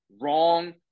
wrong